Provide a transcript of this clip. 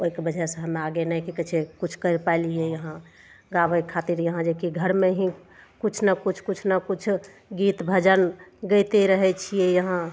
ओइके वजहसँ हम आगे नहि की कहय छै किछु करि पैलियै यहाँ गाबयके खातिर यहाँ जे कि घरमे ही किछु ने किछु गीत भजन गाबिते रहय छियै यहाँ